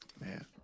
Man